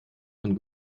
von